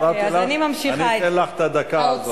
מכיוון שהפרעתי לך, אני אתן לך את הדקה הזאת.